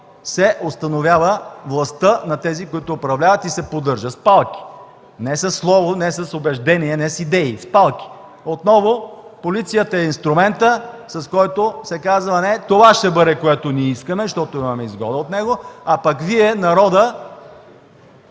се установява властта на тези, които управляват, и се поддържа с палки. Не със слово, не с убеждение, не с идеи. С палки! Отново полицията е инструментът, с който се казва: „Не, това ще бъде, което ние искаме, защото имаме изгода от него, а пък Вие, народът,